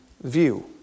view